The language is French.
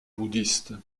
bouddhiste